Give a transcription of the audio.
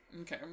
Okay